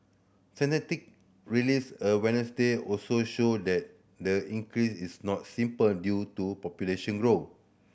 statistic released on Wednesday also showed that the increase is not simply due to population grow